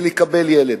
לקבל ילד.